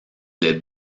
les